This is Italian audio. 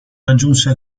raggiunse